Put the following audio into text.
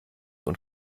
und